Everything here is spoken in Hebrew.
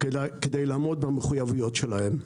כדי לעמוד במחויבויות שלהן.